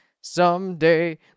Someday